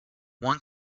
one